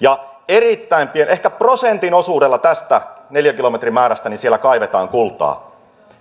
ja erittäin pienellä ehkä prosentin osuudella tästä neliökilometrimäärästä siellä kaivetaan kultaa